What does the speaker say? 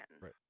Right